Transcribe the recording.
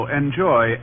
enjoy